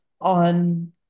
on